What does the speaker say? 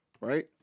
Right